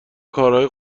کارهای